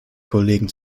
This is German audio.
kollegen